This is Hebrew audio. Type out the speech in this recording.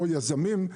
או יזמים.